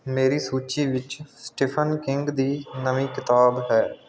ਮੇਰੀ ਸੂਚੀ ਵਿੱਚ ਸਟੀਫਨ ਕਿੰਗ ਦੀ ਨਵੀਂ ਕਿਤਾਬ ਹੈ